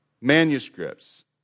manuscripts